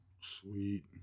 Sweet